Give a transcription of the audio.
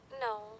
No